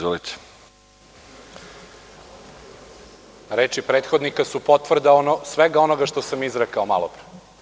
Reči prethodnika su potvrda svega onoga što sam izrekao malopre.